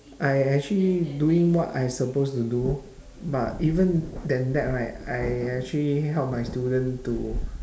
I actually doing what I'm suppose to do but even then that right I actually help my student to